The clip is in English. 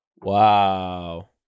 Wow